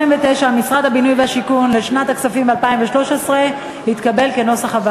לשנת הכספים 2013, לא נתקבלה.